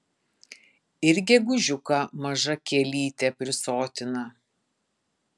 ir gegužiuką maža kielytė prisotina